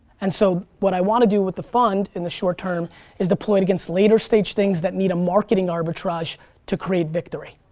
and so, what i want to do with the fund in the short term is deploy it against later stage things that need a marketing arbitrage to create victory.